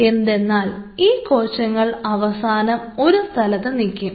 എന്തെന്നാൽ ഈ കോശങ്ങൾ അവസാനം ഒരു സ്ഥലത്ത് നിൽക്കും